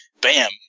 bam